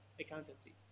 accountancy